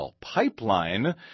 pipeline